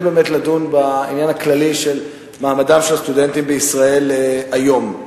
באמת לדון בעניין הכללי של מעמדם של הסטודנטים בישראל היום.